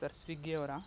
sir Swiggy ಅವರ